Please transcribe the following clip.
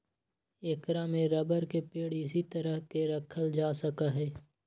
ऐकरा में रबर के पेड़ इसी तरह के रखल जा सका हई